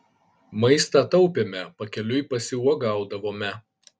maistą taupėme pakeliui pasiuogaudavome